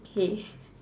K